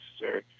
necessary